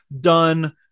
done